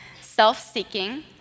self-seeking